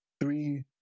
Three